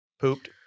Pooped